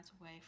away